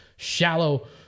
shallow